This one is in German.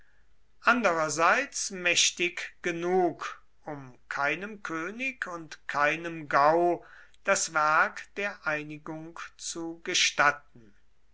andererseits mächtig genug um keinem könig und keinem gau das werk der einigung zu gestatten